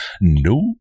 no